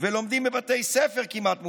ולומדים בבתי ספר כמעט מופרדים.